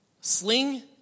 Sling